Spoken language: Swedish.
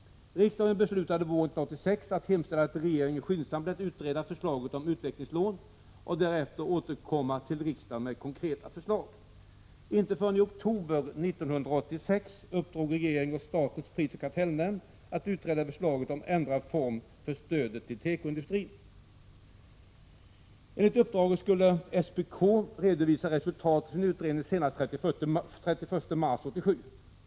Riksdagen beslutade våren 1986 att hemställa att regeringen skyndsamt skulle låta utreda förslaget om ”utvecklingslån” och därefter återkomma till riksdagen med konkreta förslag. Inte förrän i oktober 1986 uppdrog regeringen åt statens prisoch kartellnämnd, SPK, att utreda förslaget om ändrad form för stöd till tekoindustrin. Enligt uppdraget skulle SPK redovisa resultatet av sin utredning senast den 31 mars 1987.